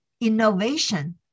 innovation